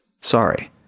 Sorry